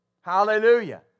Hallelujah